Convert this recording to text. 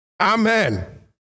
Amen